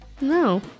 No